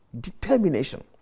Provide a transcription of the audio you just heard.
determination